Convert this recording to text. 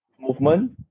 movement